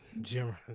Jim